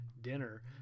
dinner